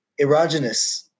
erogenous